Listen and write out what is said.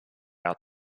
out